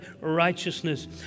righteousness